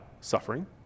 suffering